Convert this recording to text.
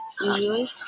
usually